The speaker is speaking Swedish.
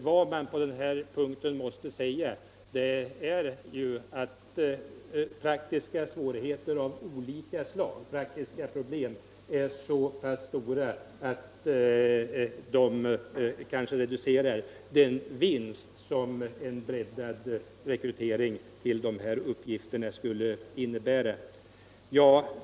Vad man på den här punkten måste säga är att de praktiska problemen av olika slag är så pass stora att de kanske reducerar den vinst som en breddad rekrytering till dessa uppgifter skulle innebära.